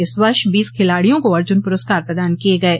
इस वर्ष बीस खिलाडियों को अर्जुन पुरस्कार प्रदान किये गये